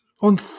on